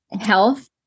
health